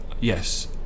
yes